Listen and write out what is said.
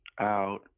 out